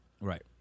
right